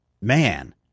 man